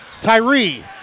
Tyree